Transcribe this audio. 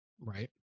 Right